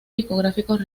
discográficos